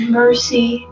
mercy